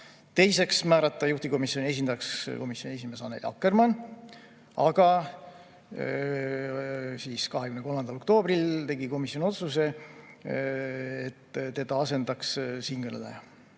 Teiseks, määrata juhtivkomisjoni esindajaks komisjoni esimees Annely Akkermann, aga 23. oktoobril tegi komisjon otsuse, et teda asendab siinkõneleja.